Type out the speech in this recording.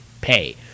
pay